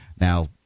Now